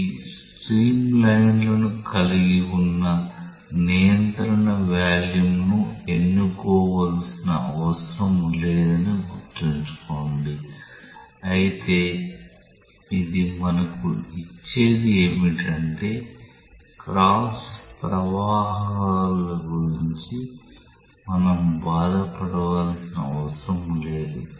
ఇవి స్ట్రీమ్లైన్లను కలిగి ఉన్న నియంత్రణ వాల్యూమ్ను ఎన్నుకోవలసిన అవసరం లేదని గుర్తుంచుకోండి అయితే ఇది మనకు ఇచ్చేది ఏమిటంటే క్రాస్ ప్రవాహాల గురించి మనం బాధపడవలసిన అవసరం లేదు